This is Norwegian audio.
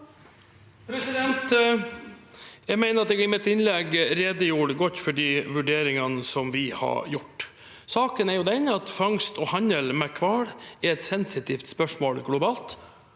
Jeg mener at jeg i mitt innlegg redegjorde godt for de vurderingene vi har gjort. Saken er at fangst og handel med hval er et sensitivt spørsmål globalt,